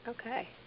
Okay